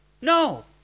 no